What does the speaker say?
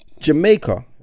jamaica